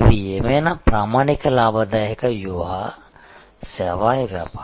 ఇవి ఏవైనా ప్రామాణిక లాభదాయక వ్యూహాలు సేవా వ్యాపారం